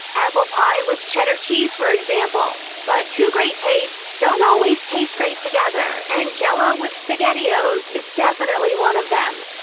apple pie with cheddar cheese, for example. but two great tastes don't always taste great together, and jell-o with spaghettios is definitely one of them.